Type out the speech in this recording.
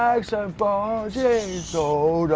um so bodges so